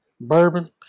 bourbon